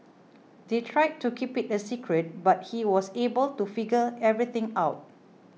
they tried to keep it a secret but he was able to figure everything out